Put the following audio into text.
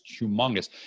humongous